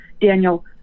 Daniel